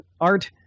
art